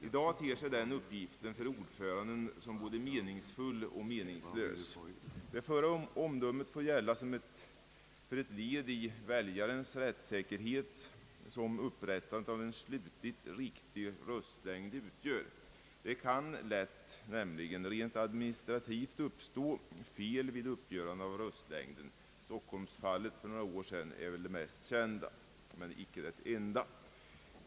I dag ter sig denna uppgift för ordföranden som både meningsfull och meningslös. Det förra omdömet får gälla för det led i väljarnas rättssäkerhet som upprättandet av en slutligt riktig röstlängd utgör. Det kan nämligen lätt, rent administrativt, uppstå fel vid uppgörandet av röstlängden. Stockholmsfallet för några år sedan är väl det mest kända, men icke det enda.